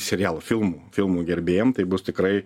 serialų filmų filmų gerbėjam tai bus tikrai